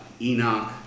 Enoch